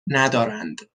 ندارند